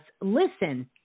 listen